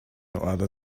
order